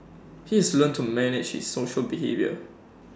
he has learnt to manage his social behaviour